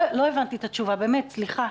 באמת סליחה.